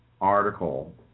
article